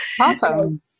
Awesome